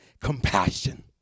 Compassion